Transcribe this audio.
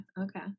okay